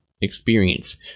experience